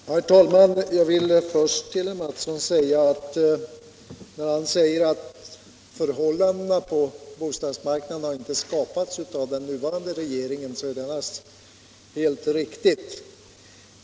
Herr talman! Herr Mattsson säger att förhållandena på bostadsmarknaden inte har skapats av den nuvarande regeringen. Det är naturligtvis helt riktigt.